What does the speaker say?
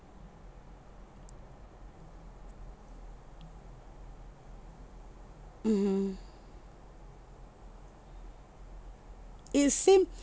mmhmm it seem